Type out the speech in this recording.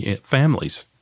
families